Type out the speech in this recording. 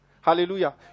Hallelujah